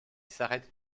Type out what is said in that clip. s’arrête